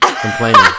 complaining